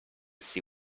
see